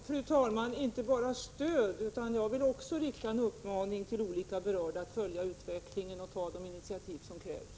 Fru talman! De har inte bara stöd. Jag vill också rikta en uppmaning till olika berörda att följa utvecklingen och ta de initiativ som krävs.